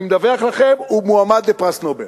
אני מדווח לכם, הוא מועמד לפרס נובל,